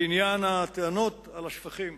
בעניין הטענות על השפכים.